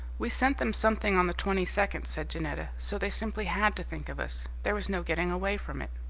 we sent them something on the twenty-second, said janetta, so they simply had to think of us. there was no getting away from it.